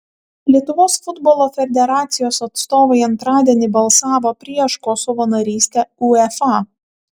lietuvos futbolo federacijos atstovai antradienį balsavo prieš kosovo narystę uefa